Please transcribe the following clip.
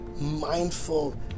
mindful